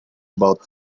about